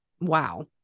wow